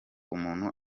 umuntu